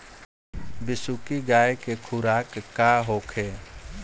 बिसुखी गाय के खुराक का होखे?